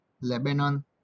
Lebanon